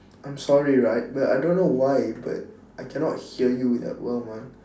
I'm sorry right but I don't know why but I cannot hear you that well man